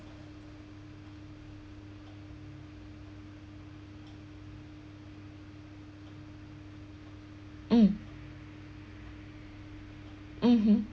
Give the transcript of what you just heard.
mm mm hmm